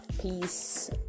peace